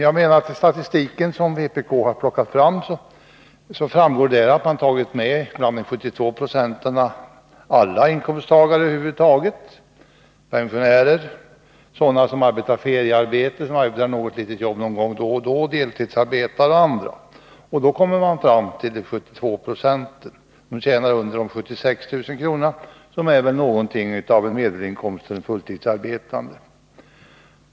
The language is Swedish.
Av den statistik som vpk har plockat fram framgår det att man bland de 72 20 har tagit med alla inkomsttagare över huvud taget, pensionärer, sådana som har feriearbete eller något jobb då och då, deltidsarbetare och andra. Då kommer man fram till att 72 20 tjänar under 76 000, vilket är något av en medelinkomst för en fulltidsarbetande.